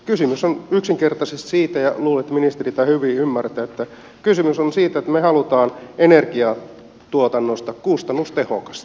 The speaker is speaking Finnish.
kysymys on yksinkertaisesti siitä ja luulen että ministeri tämän hyvin ymmärtää että me haluamme energiantuotannosta yksinkertaisesti kustannustehokasta